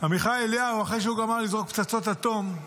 עמיחי אליהו, אחרי שהוא גמר לזרוק פצצות אטום.